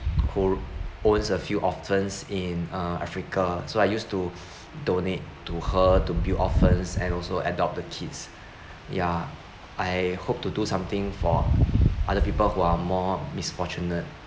who owns a few orphans in uh africa so I used to donate to her to build orphans and also adopt the kids ya I hope to do something for other people who are more misfortunate